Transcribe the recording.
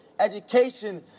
Education